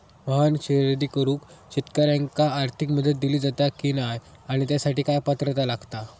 वाहन खरेदी करूक शेतकऱ्यांका आर्थिक मदत दिली जाता की नाय आणि त्यासाठी काय पात्रता लागता?